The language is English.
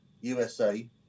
USA